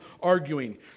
arguing